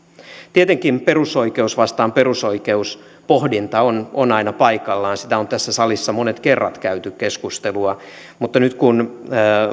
tietenkin perusoikeus vastaan perusoikeus pohdinta on on aina paikallaan siitä on tässä salissa monet kerrat käyty keskustelua mutta nyt kun